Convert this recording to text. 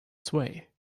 sway